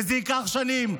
וזה ייקח שנים,